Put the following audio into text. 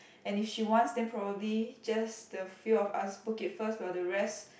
and if she wants then probably just the few of us book it first while the rest